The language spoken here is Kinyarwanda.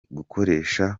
gukoresha